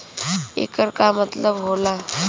येकर का मतलब होला?